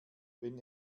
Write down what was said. wenn